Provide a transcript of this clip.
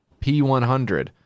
P100